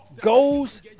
goes